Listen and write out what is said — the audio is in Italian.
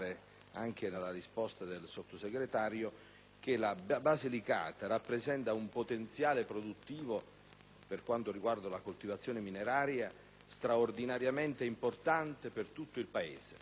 anche nella risposta del Sottosegretario, che la Basilicata rappresenta un potenziale produttivo per quanto riguarda l'estrazione mineraria straordinariamente importante per tutto il Paese.